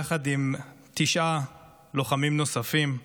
יחד עם תשעה לוחמים נוספים.